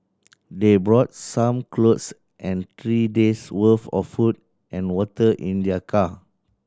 they brought some clothes and three days worth of food and water in their car